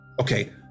Okay